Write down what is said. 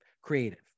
creative